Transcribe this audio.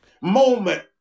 moment